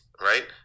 right